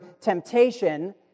temptation